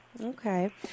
Okay